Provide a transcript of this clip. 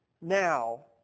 now